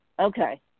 Okay